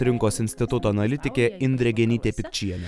rinkos instituto analitikė indrė genytė pikčienė